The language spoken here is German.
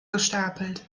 gestapelt